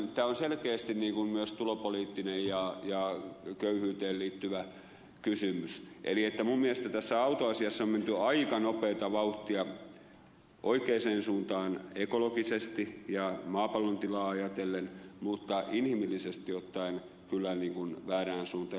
tämä on selkeästi myös tulopoliittinen ja köyhyyteen liittyvä kysymys eli että minun mielestäni tässä autoasiassa on menty aika nopeata vauhtia oikeaan suuntaan ekologisesti ja maapallon tilaa ajatellen mutta inhimillisesti ottaen kyllä väärään suuntaan